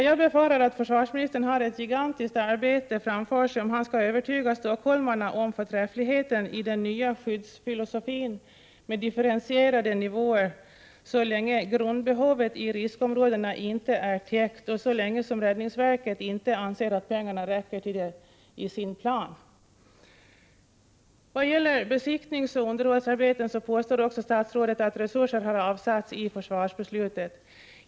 Jag befarar att försvarsministern har ett gigantiskt arbete framför sig om han skall övertyga stockholmarna om förträffligheten i den nya skyddsfilosofin med sina differentierade nivåer så länge grundbehovet i riskområdena inte är täckt och så länge som räddningsverket i sin plan anser att pengarna inte räcker. Vad gäller besiktningsoch underhållsarbeten påstår också statsrådet att resurser har avsatts i försvarsbeslutet.